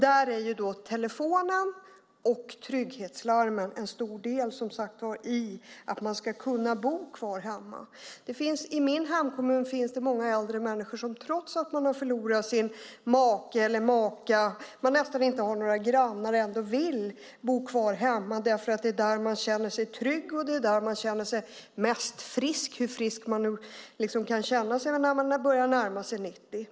Där är då telefonen och trygghetslarmen en stor del, som sagt, i att man ska kunna bo kvar hemma. I min hemkommun finns det många äldre människor som trots att de har förlorat sin make eller maka och nästan inte har några grannar ändå vill bo kvar hemma, därför att det är där de känner sig trygga och där de känner sig mest friska, hur frisk man nu kan känna sig när man har börjat närma sig 90 år.